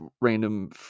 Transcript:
random